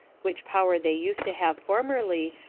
which power they used to have formerly,